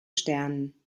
sternen